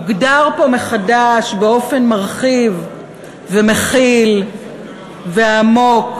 הוגדר פה מחדש, באופן מרחיב ומכיל ועמוק,